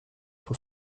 für